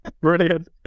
Brilliant